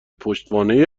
پشتوانه